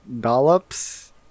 dollops